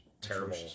terrible